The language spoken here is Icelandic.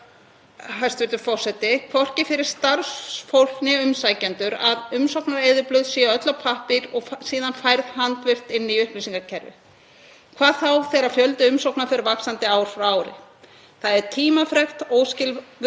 hvað þá þegar fjöldi umsókna fer vaxandi ár frá ári. Það er tímafrekt, óskilvirkt og skapar hættu á villum og mistökum. Umsækjendur hafa enga möguleika á að fylgjast með stöðu eða afdrifum umsóknar meðan á málsmeðferð stendur.